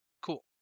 Cool